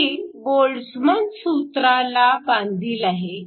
ती बोल्ट्झमन सूत्राला बांधील आहे